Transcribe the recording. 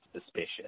suspicious